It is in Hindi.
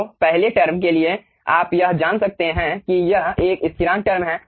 तो पहले टर्म के लिए आप यह जान सकते हैं कि यह एक स्थिरांक टर्म है